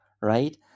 right